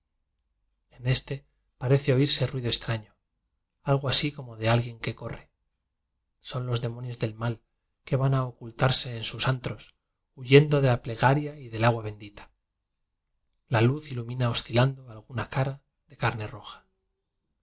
en éste parece oirse ruido extraño algo así como de alguien que corre son los de monios del mal que van a ocultarse en sus antros huyendo de la plegaria y del agua bendita la luz ilumina oscilando alguna cara de carne roja